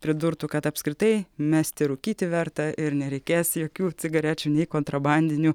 pridurtų kad apskritai mesti rūkyti verta ir nereikės jokių cigarečių nei kontrabandinių